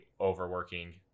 overworking